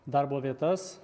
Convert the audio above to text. darbo vietas